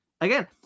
again